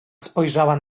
spojrzała